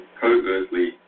covertly